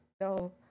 no